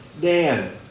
Dan